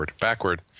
Backward